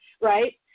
right